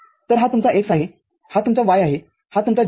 तर हा तुमचा x आहेहा तुमचा y आहे आणि हा तुमचा z आहे